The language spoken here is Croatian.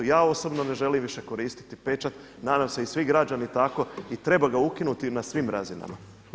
Ja osobno ne želim više koristiti pečat, nadam se i svi građani tako i treba ga ukinuti na svim razinama.